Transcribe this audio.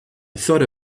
thought